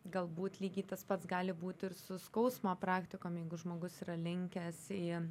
galbūt lygiai tas pats gali būt ir su skausmo praktikom jeigu žmogus yra linkęs į